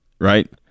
right